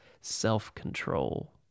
self-control